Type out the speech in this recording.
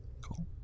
Cool